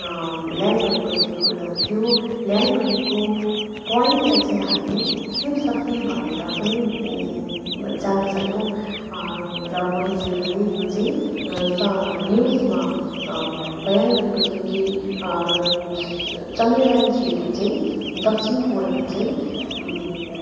र ल्यान्ड गरेको थियो र त्यो ल्यान्ड गरेको पोइन्टलाई चाहिँ हामी शिव शक्ति भनेर पनि जान्न सक्यौँ र मोदीज्यूले यो चाहिँ स न्युजमा बयान गरेको थियो कि चन्द्रयानथ्रिले चाहिँ दक्षिण पोलमा चाहिँ